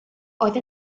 oedd